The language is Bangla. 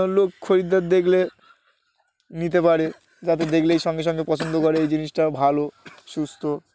লোক খরিদ্দার দেখলে নিতে পারে যাতে দেখলেই সঙ্গে সঙ্গে পছন্দ করে এই জিনিসটাও ভালো সুস্থ